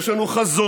יש לנו חזון,